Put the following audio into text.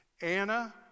Anna